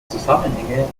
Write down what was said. zusammenhänge